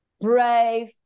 brave